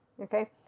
okay